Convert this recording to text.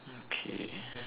okay